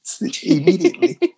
immediately